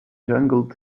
jungle